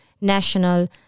national